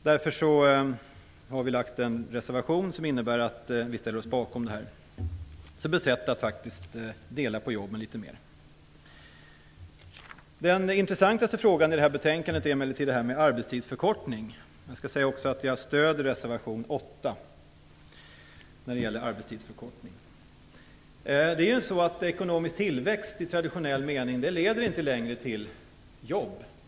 Därför har vi lagt en reservation som innebär att vi ställer oss bakom detta som ett sätt att faktiskt dela på jobben litet mer. Den intressantaste frågan i det här betänkandet är emellertid detta med arbetstidsförkortningen. Jag skall också säga att jag stöder reservation 8 som gäller arbetstidsförkortning. Ekonomisk tillväxt i traditionell mening leder inte längre till jobb.